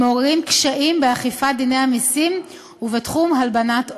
מעוררים קשיים באכיפת דיני המסים ובתחום הלבנת ההון.